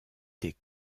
des